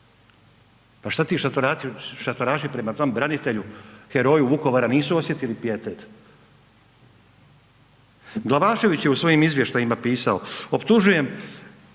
Pa što ti šatoraši prema tom branitelju, heroju Vukovara nisu osjetili pijetet? Glavašević je u svojim izvještajima pisao, optužujem